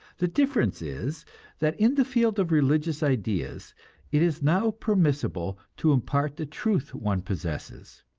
the difference is that in the field of religious ideas it is now permissible to impart the truth one possesses.